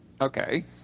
Okay